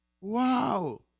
Wow